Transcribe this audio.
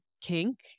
kink